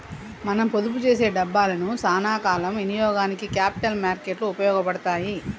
మనం పొదుపు చేసే డబ్బులను సానా కాల ఇనియోగానికి క్యాపిటల్ మార్కెట్ లు ఉపయోగపడతాయి